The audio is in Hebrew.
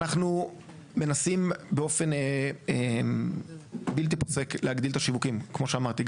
אנחנו מנסים באופן בלתי פוסק להגדיל את השיווקים כמו שאמרתי,